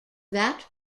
that